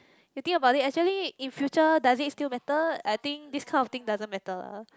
you think about it actually in future does it still matter I think this kind of thing doesn't matter lah